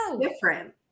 different